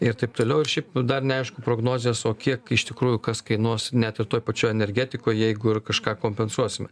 ir taip toliau ir šiaip dar neaišku prognozės o kiek iš tikrųjų kas kainuos net ir toj pačioj energetikoj jeigu ir kažką kompensuosime